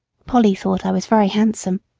polly thought i was very handsome,